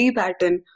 pattern